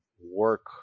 work